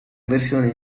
versioni